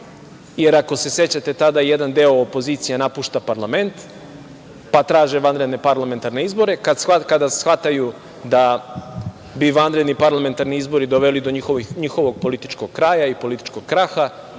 Ako se sećate, tada jedan deo opozicije napušta parlament pa traže vanredne parlamentarne izbore. Kada shvataju da bi vanredni parlamentarni izbori doveli do njihovog političkog kraja i političkog kraha,